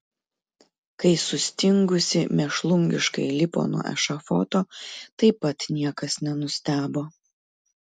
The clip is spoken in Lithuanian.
kai sustingusi mėšlungiškai lipo nuo ešafoto taip pat niekas nenustebo